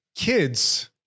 kids